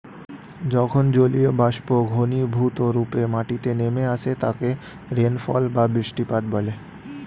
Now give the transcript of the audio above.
যখন জলীয়বাষ্প ঘনীভূতরূপে মাটিতে নেমে আসে তাকে রেনফল বা বৃষ্টিপাত বলে